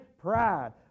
pride